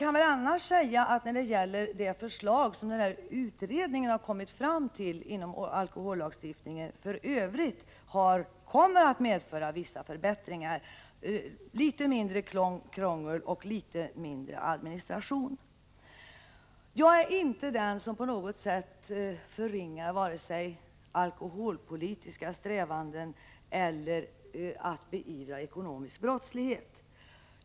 De förslag inom alkohollagstiftningen som utredningen i övrigt har kommit fram till kommer att medföra vissa förbättringar. Det blir litet mindre krångel och administration. Jag är inte den som på något sätt förringar vare sig alkoholpolitiska strävanden eller ambitionen att beivra ekonomisk brottslighet.